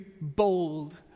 bold